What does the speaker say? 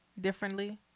differently